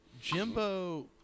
Jimbo